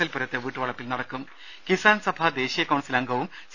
L പുരത്തെ വീട്ടുവളപ്പിൽ രദ് കിസാൻ സഭ ദേശീയ കൌൺസിൽ അംഗവും സി